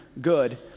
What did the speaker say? good